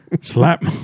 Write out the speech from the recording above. Slap